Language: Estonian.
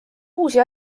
uusi